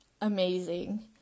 amazing